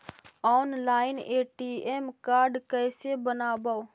Online ATM card कैसे बनाबौ?